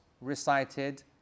recited